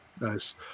Nice